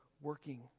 working